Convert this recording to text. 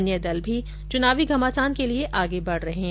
अन्य दल भी चुनावी घमासान के लिए आगे बढ़ रहे हैं